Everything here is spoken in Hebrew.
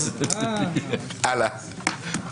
ההסתייגות הוסרה.